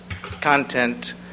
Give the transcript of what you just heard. content